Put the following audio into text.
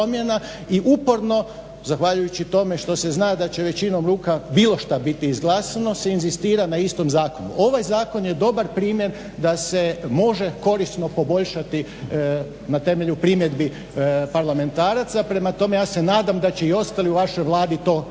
i uporno zahvaljujući tome što se zna da će većinom ruka bilo šta biti izglasano, se inzistira na istom zakonu. Ovaj zakon je dobar primjer da se može korisno poboljšati na temelju primjedbi parlamentaraca, prema tome ja se nadam da će i ostali u vašoj ladi to napokon